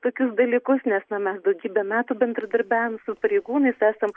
tokius dalykus nes na mes daugybę metų bendradarbiavom su pareigūnais esam